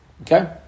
Okay